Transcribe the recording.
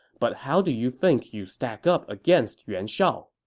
but how do you think you stack up against yuan shao?